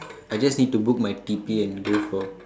I just need to book my T_P and go for